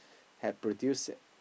have produce